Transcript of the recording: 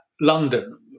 London